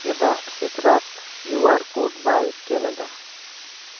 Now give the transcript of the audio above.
ᱪᱮᱫᱟᱜ ᱥᱤᱛᱨᱟᱥ Q R code scan ᱮᱫᱟ